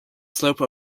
slope